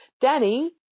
Danny